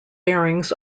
bearings